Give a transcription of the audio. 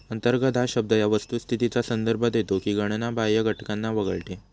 अंतर्गत हा शब्द या वस्तुस्थितीचा संदर्भ देतो की गणना बाह्य घटकांना वगळते